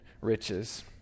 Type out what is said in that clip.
riches